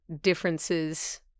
differences